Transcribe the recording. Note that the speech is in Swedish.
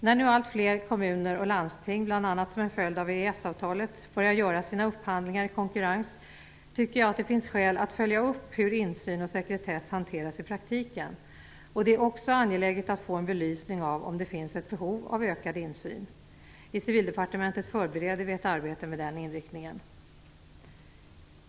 När nu allt fler kommuner och landsting, bl.a. som en följd av EES-avtalet, börjar göra sina upphandlingar i konkurrens, tycker jag att det finns skäl att följa upp hur insyn och sekretess hanteras i praktiken. Det är också angeläget att få en belysning av om det finns ett behov av ökad insyn. Vi förbereder ett arbete i Civildepartementet med den inriktningen.